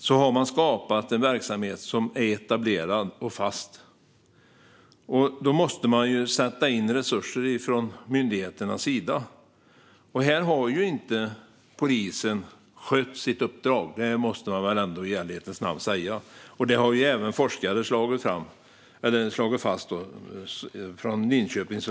Man har skapat en verksamhet som är etablerad och fast. Då måste man sätta in resurser från myndigheternas sida. Här har inte polisen skött sitt uppdrag. Det måste man väl ändå i ärlighetens namn säga. Detta har även forskare från Linköpings universitet slagit fast i en rapport.